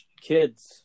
kids